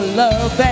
love